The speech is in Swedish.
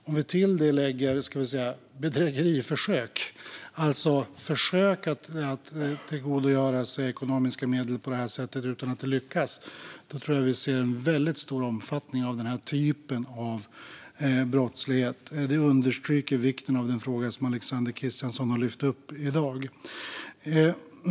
Om vi till detta lägger bedrägeriförsök, alltså försök att tillgodogöra sig ekonomiska medel på det sättet utan att det lyckas, ser vi en stor omfattning av denna typ av brottslighet. Detta understryker vikten av den fråga som Alexander Christiansson har lyft upp i dag.